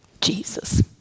Jesus